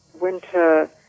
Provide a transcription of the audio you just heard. winter